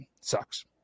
sucks